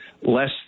Less